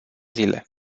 zile